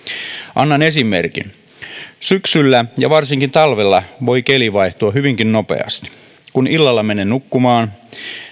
annan esimerkin syksyllä ja varsinkin talvella voi keli vaihtua hyvinkin nopeasti kun illalla menen nukkumaan